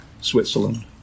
Switzerland